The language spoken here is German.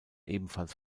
ebenfalls